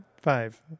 five